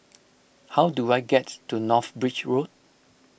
how do I get to North Bridge Road